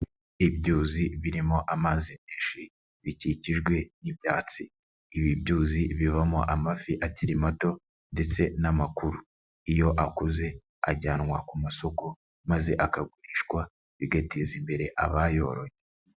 Ibyuzi birimo amazi menshi, bikikijwe n'ibyatsi, ibi byuzi bibamo amafi akiri mato ndetse n'amakuru. Iyo akuze ajyanwa ku masoko maze akagurishwa, bigateza imbere abayoroye.